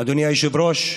אדוני היושב-ראש,